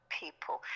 people